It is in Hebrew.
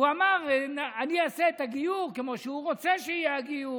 הוא אמר: אני אעשה את הגיור כמו שהוא רוצה שיהיה הגיור.